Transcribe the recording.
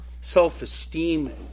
self-esteem